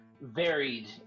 varied